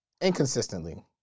Inconsistently